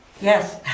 Yes